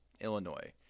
Illinois